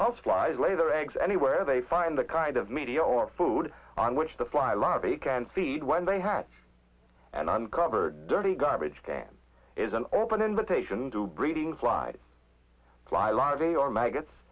house flies lay their eggs anywhere they find the kind of media or food on which the fly larvae can feed when they have an uncovered dirty garbage can is an open invitation to breeding fly fly larvae or maggots